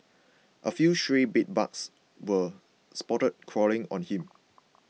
a few stray bedbugs were spotted crawling on him